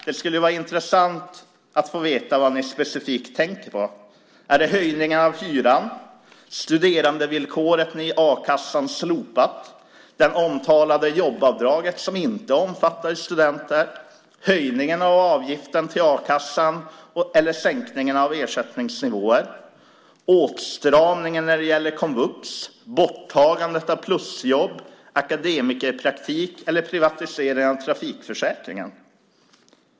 Det skulle vara intressant att få veta vad ni specifikt tänker på. Är det höjningarna av hyran, studerandevillkoret, som ni har slopat i a-kassan, det omtalade jobbavdraget, som inte omfattar studenter, höjningen av avgiften till a-kassan eller sänkningen av ersättningsnivåerna, åtstramningen när det gäller komvux, borttagandet av plusjobb, akademikerpraktik eller privatiseringen av trafikförsäkringen?